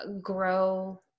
grow